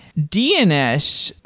dns,